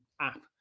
app